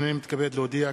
הנני מתכבד להודיע,